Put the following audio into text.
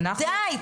די.